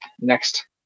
next